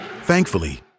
Thankfully